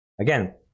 again